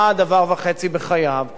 ישב אתם בחדרי חדרים,